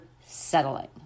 settling